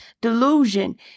Delusion